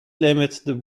limit